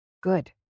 Good